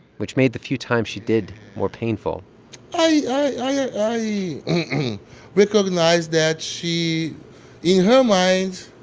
which made the few times she did more painful i recognize that she in her mind,